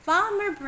Farmer